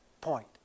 point